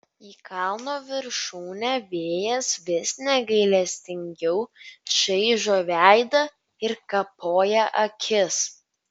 į kalno viršūnę vėjas vis negailestingiau čaižo veidą ir kapoja akis